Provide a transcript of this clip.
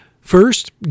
First